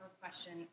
question